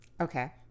Okay